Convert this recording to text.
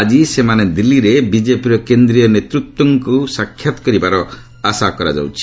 ଆଜି ସେମାନେ ଦିଲ୍ଲୀରେ ବିଜେପିର କେନ୍ଦ୍ରୀୟ ନେତୃବୃନ୍ଦଙ୍କୁ ସାକ୍ଷାତ କରିବାର ଆଶା କରାଯାଉଛି